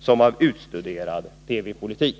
som av utstuderad TV-politik.